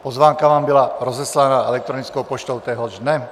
Pozvánka vám byla rozeslána elektronickou poštou téhož dne.